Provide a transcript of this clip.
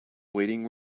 waiting